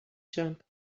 jump